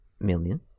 million